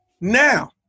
Now